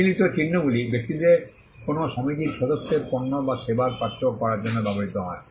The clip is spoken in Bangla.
সম্মিলিত চিহ্নগুলি ব্যক্তিদের কোনও সমিতির সদস্যদের পণ্য বা সেবার পার্থক্য করার জন্য ব্যবহৃত হয়